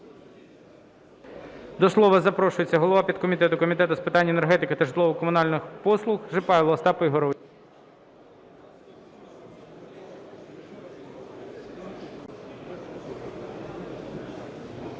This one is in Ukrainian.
До слова запрошується голова підкомітету Комітету з питань енергетики та житлово-комунальних послуг Шипайло Остап Ігорович.